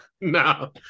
No